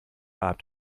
abend